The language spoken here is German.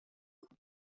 könnte